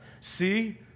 See